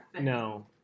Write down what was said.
No